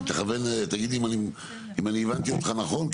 תגיד אם אני הבנתי אותך נכון,